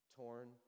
torn